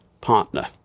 partner